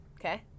Okay